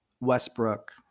Westbrook